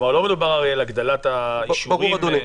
לא מדובר על הגדלת האישורים --- ברור, אדוני.